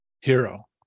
Hero